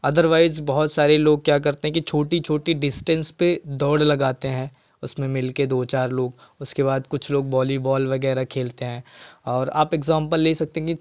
otherwise बहुत सारे लोग क्या करते हैं कि छोटी छोटी डिस्टेंस पे दौड़ लगाते हैं उसमें मिल के दो चार लोग उसके बाद कुछ लोग वॉलीबॉल वगैरह खेलते हैं और आप एग्जांपल ले सकते हैं कि